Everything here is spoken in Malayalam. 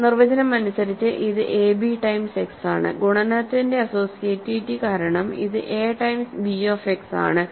നിർവചനം അനുസരിച്ച് ഇത് ab ടൈംസ് x ആണ് ഗുണനത്തിന്റെ അസ്സോസിയേറ്റിവിറ്റി കാരണം ഇത് A times B of x ആണ്